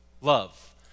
Love